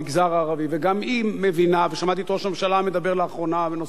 ושמעתי את ראש הממשלה מדבר לאחרונה בנושא האלימות במגזר הערבי.